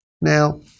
Now